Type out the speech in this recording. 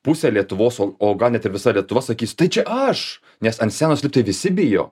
pusė lietuvos o o gal net ir visa lietuva sakys tai čia aš nes ant scenos lipt tai visi bijo